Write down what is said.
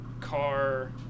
car